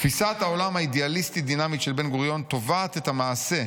"תפיסת העולם האידיאליסטית-דינמית של בן-גוריון תובעת את המעשה,